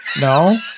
no